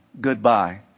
Goodbye